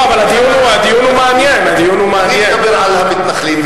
הוא דיבר על המתנחלים.